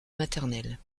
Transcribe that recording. maternelle